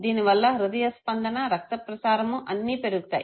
దీనివల్ల హృదయ స్పందన రక్త ప్రసారము అన్నీ పెరుగుతాయి